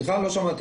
הפעלת